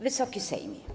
Wysoki Sejmie!